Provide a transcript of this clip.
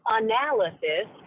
analysis